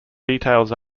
details